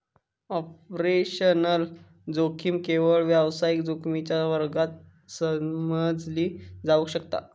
operational जोखीम केवळ व्यावसायिक जोखमीच्या वर्गात समजली जावक शकता